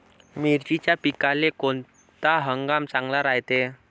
मिर्चीच्या पिकाले कोनता हंगाम चांगला रायते?